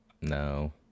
No